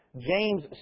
James